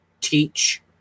teach